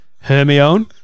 Hermione